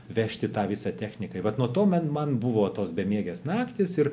vežti tą visą technikai vat nuo to bet man buvo tos bemiegės naktys ir